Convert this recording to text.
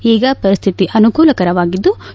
ಈಗ ಪರಿಸ್ವಿತಿ ಅನುಕೂಲಕರವಾಗಿದ್ಲು